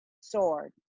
sword